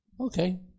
Okay